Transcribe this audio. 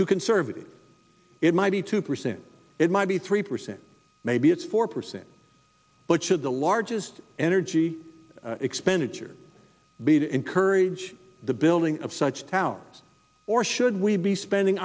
too conservative it might be two percent it might be three percent maybe it's four percent but should the largest energy expenditure be to encourage the building of such towers or should we be spending